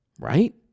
Right